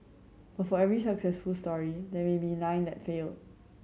but for every successful story there may be nine that failed